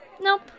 Nope